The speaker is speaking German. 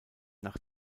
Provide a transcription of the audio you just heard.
nach